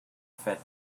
fed